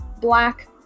Black